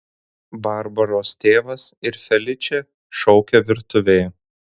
barbaros tėvas ir feličė šaukė virtuvėje